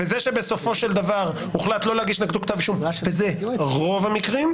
וזה שבסופו של דבר הוחלט לא להגיש נגדו כתב אישום וזה רוב המקרים,